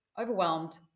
overwhelmed